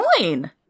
join